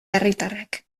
herritarrek